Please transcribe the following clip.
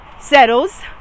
settles